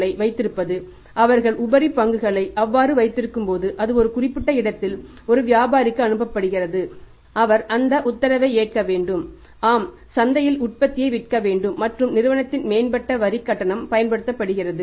களை வைத்திருப்பது அவர்கள் உபரி பங்குகளை அவ்வாறு வைத்திருக்கும்போது அது ஒரு குறிப்பிட்ட இடத்தில் ஒரு வியாபாரிக்கு அனுப்பப்படுகிறது அவர் அந்த உத்தரவை ஏற்க வேண்டும் ஆம் சந்தையில் உற்பத்தியை விற்க வேண்டும் மற்றும் நிறுவனத்தின் மேம்பட்ட வரி கட்டணம் பயன்படுத்தப்படுகிறது